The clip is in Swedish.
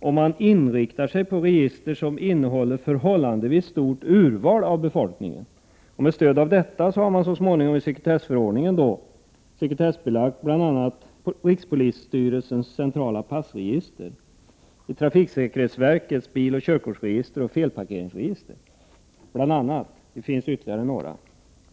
och man inriktar sig då på register som omfattar ett förhållandevis stort urval av befolkningen. Med stöd därav har man i sekretessförordningen bl.a. sekretessbelagt rikspolisstyrelsens centrala passregister, trafiksäkerhetsverkets biloch körkortsregister samt felparkeringsregister och några andra register.